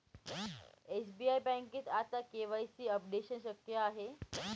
SBI बँकेत आता KYC updation शक्य आहे